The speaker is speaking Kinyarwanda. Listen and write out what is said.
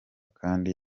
kandi